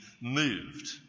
moved